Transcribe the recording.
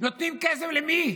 נותנים כסף למי?